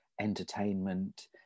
entertainment